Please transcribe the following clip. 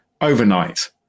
overnight